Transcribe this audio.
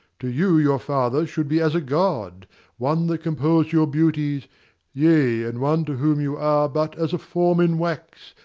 to you your father should be as a god one that compos'd your beauties yea, and one to whom you are but as a form in wax,